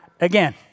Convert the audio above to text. again